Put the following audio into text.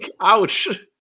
ouch